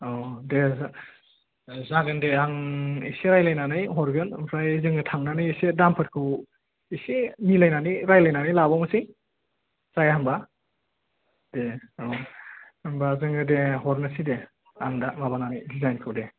औ दे जागोन दे आं एसे रायज्लायनानै हरगोन ओमफ्राय जोङो थांनानै एसे दामफोरखौ एसे मिलायनानै रायज्लायनानै लाबावनोसै जाया होमब्ला दे औ होमब्ला जोङो दे हरनोसै दे आं दा माबानानै डिजाइनखौ दे